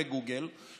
בגוגל,